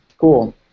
cool